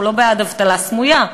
אנחנו לא בעד אבטלה סמויה.